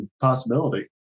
possibility